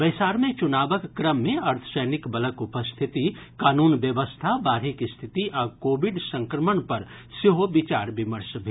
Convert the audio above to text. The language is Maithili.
बैसार मे चुनावक क्रम मे अर्द्वसैनिक बलक उपस्थिति कानून व्यवस्था बाढ़िक स्थिति आ कोविड संक्रमण पर सेहो विचार विमर्श भेल